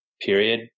period